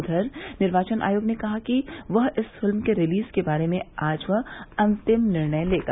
उधर निर्वाचन आयोग ने कहा है कि वह इस फिल्म के रिलीज के बारे में आज वह अंतिम निर्णय लेगा